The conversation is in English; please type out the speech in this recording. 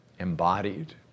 Embodied